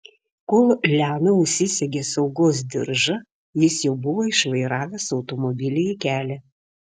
kol liana užsisegė saugos diržą jis jau buvo išvairavęs automobilį į kelią